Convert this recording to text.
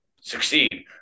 succeed